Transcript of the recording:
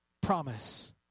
promise